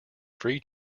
free